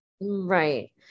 Right